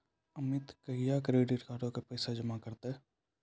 अमित कहिया क्रेडिट कार्डो के पैसा जमा करतै?